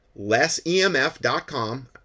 lessemf.com